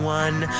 one